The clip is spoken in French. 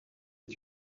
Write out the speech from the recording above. est